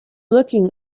looking